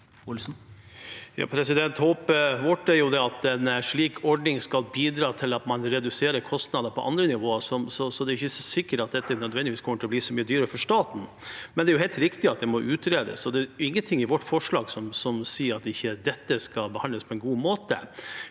Håpet vårt er jo at en slik ordning skal bidra til at man reduserer kostnadene på andre nivåer, så det er ikke sikkert at dette nødvendigvis kommer til å bli så mye dyrere for staten. Men det er helt riktig at det må utredes, og det er ingenting i vårt forslag som sier at dette ikke skal behandles på en god måte.